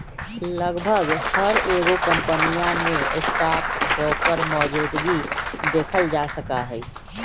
लगभग हर एगो कम्पनीया में स्टाक ब्रोकर मौजूदगी देखल जा सका हई